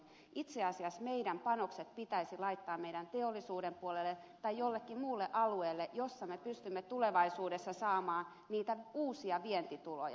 itse asiassa meidän pitäisi laittaa panokset teollisuuden puolelle tai jollekin muulle alueelle jossa me pystymme tulevaisuudessa saamaan niitä uusia vientituloja